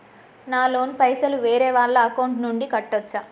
నా లోన్ పైసలు వేరే వాళ్ల అకౌంట్ నుండి కట్టచ్చా?